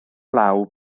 law